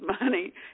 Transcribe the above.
money